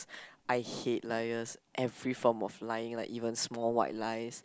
I hate liars every form of lying like even small white lies